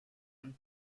and